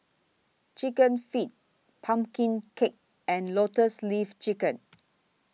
Chicken Feet Pumpkin Cake and Lotus Leaf Chicken